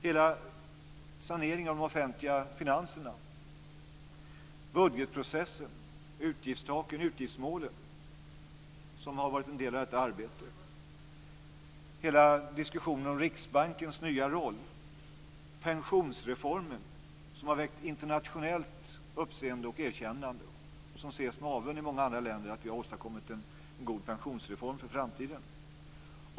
Hela saneringen av de offentliga finanserna, budgetprocessen, utgiftsmålen har varit en del av detta arbete, liksom hela diskussionen om Riksbankens nya roll. Pensionsreformen har väckt internationellt uppseende och erkännande. Det ses med avund i många andra länder att vi har åstadkommit en god pensionsreform för framtiden.